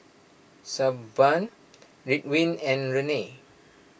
Sebamed Ridwind and Rene